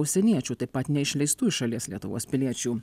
užsieniečių taip pat neišleistų iš šalies lietuvos piliečių